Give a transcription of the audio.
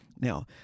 Now